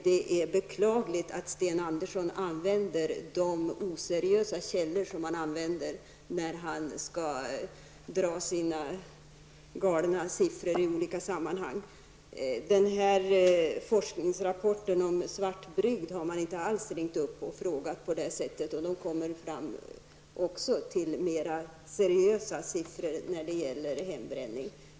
Det är beklagligt att Sten Andersson använder sig av så oseriösa källor när han skall åberopa sina galna siffror i olika sammanhang. Man har inte alls bara ringt upp i anslutning till den forskningsrapport som redovisas i boken Svart Brygd och frågat människor man. Där kommer man också fram till mer seriösa siffror när det gäller hembränning.